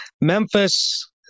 memphis